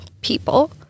people